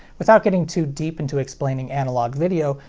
without getting too deep into explaining analog video,